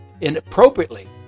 inappropriately